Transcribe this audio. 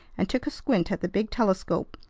and took a squint at the big telescope,